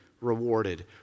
rewarded